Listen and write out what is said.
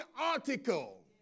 article